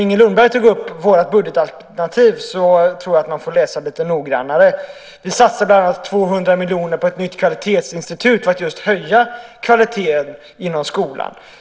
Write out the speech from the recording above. Inger Lundberg tog upp vårt budgetalternativ. Men man får nog läsa lite noggrannare. Vi satsar bland annat 200 miljoner på ett nytt kvalitetsinstitut för att höja kvaliteten inom skolan.